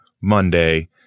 Monday –